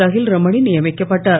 தஹில்ரமணி நியமிக்கப் பட்டார்